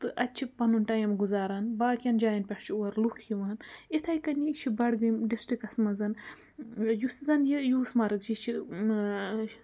تہٕ اَتہِ چھِ پَنُن ٹایِم گُزاران باقیَن جایَن پٮ۪ٹھ چھِ اور لُکھ یِوان یِتھَے کٔنی چھُ بَڈگٲمۍ ڈِسٹِرٛکَس منٛز یُس زَنہٕ یہِ یوٗس مَرٕگ چھِ یہِ چھِ